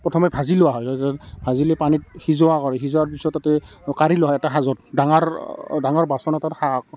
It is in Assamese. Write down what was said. প্ৰথমে ভাজি লোৱা হয় ভাজি লৈ পানীত সিজোৱা কৰি সিজোৱাৰ পিছত তাতে কাঢ়ি লোৱা হয় এটা সাঁজত ডাঙৰ ডাঙৰ বাচন এটাত হা